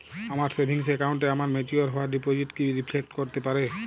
আমার সেভিংস অ্যাকাউন্টে আমার ম্যাচিওর হওয়া ডিপোজিট কি রিফ্লেক্ট করতে পারে?